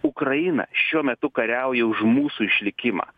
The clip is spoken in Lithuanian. ukraina šiuo metu kariauja už mūsų išlikimą